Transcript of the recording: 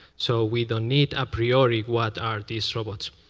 so we don't need a priori what are these robots.